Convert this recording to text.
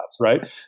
right